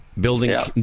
building